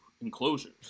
enclosures